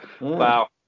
Wow